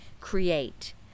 create